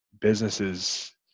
businesses